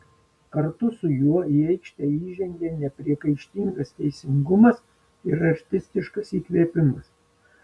kartu su juo į aikštę įžengė nepriekaištingas teisingumas ir artistiškas įkvėpimas